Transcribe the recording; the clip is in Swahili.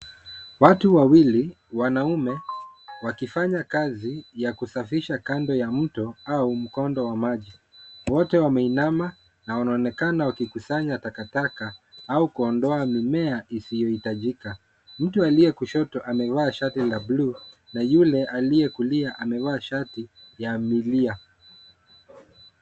Watu wawili wanaume, wakifanya kazi ya kusafisha kando ya mto au mkondo wa maji. Mmoja ameinama na wanaonekana wakikusanya takataka au kuondoa mimea isiyohitajika. Mtu aliye kushoto amevaa shati la bluu na yule aliye kulia amevaa shati ya milia.